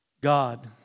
God